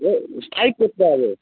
ও strike করতে হবে